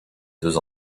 deux